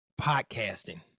podcasting